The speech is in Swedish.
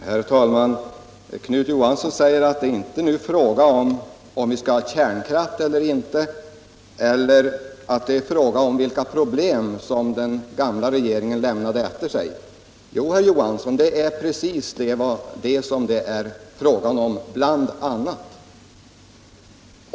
Herr talman! Herr Knut Johansson i Stockholm säger att det inte är fråga om huruvida vi skall ha kärnkraft eller inte eller vilka problem som den gamla regeringen lämnade efter sig. Jo, herr Johansson, det är bl.a. detta frågan gäller.